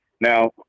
now